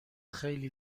خیلی